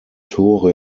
tore